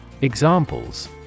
Examples